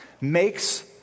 makes